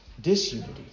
Disunity